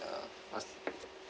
uh ask